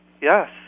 Yes